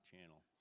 channel